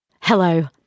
Hello